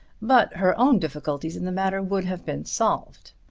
but her own difficulties in the matter would have been solved.